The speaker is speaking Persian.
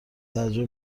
تعجب